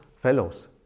fellows